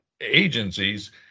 agencies